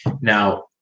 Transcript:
now